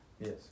Yes